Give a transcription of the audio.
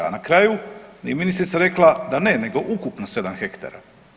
Na kraju je ministrica rekla da ne, nego ukupno 7 hektara.